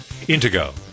Intego